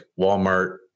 Walmart